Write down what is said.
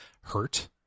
hurt